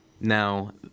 Now